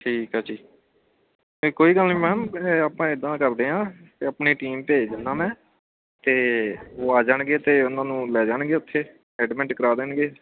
ਠੀਕ ਆ ਜੀ ਨਹੀਂ ਕੋਈ ਗੱਲ ਨਹੀਂ ਮੈਮ ਆਪਾਂ ਇੱਦਾਂ ਕਰਦੇ ਹਾਂ ਆਪਣੀ ਟੀਮ ਭੇਜ ਦਿੰਦਾ ਮੈਂ ਅਤੇ ਉਹ ਆ ਜਾਣਗੇ ਅਤੇ ਉਹਨਾਂ ਨੂੰ ਲੈ ਜਾਣਗੇ ਉੱਥੇ ਐਡਮਿਟ ਕਰਾ ਦੇਣਗੇ